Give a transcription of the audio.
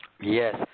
Yes